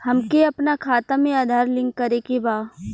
हमके अपना खाता में आधार लिंक करें के बा?